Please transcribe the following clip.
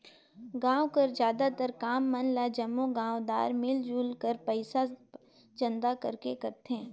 गाँव कर जादातर काम मन ल जम्मो गाँवदार मिलजुल कर पइसा चंदा करके करथे